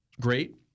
great